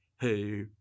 hey